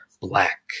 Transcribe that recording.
black